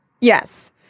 yes